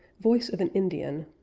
voice of an indian